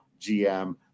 GM